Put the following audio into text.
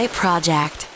project